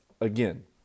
again